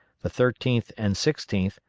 the thirteenth and sixteenth,